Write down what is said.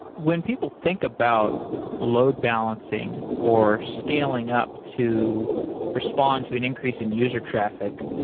when people think about load-balancing or scaling up to respond to an increase in user traffic,